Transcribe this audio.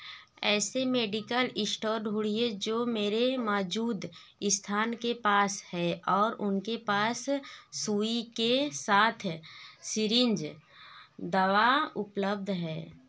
ऐसे medical store ढूँढिए जो मेरे मौजूद स्थान के पास है और उनके पास सुई के साथ सिरिंज दवा उपलब्ध है